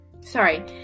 Sorry